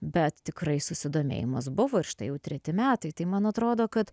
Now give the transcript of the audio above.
bet tikrai susidomėjimas buvo ir štai jau treti metai tai man atrodo kad